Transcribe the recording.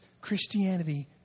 Christianity